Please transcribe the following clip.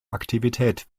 aktivität